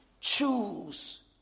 choose